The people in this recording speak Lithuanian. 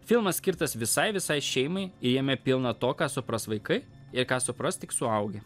filmas skirtas visai visai šeimai jame pilna to ką supras vaikai ir ką supras tik suaugę